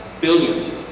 Billions